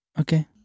Okay